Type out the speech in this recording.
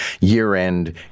year-end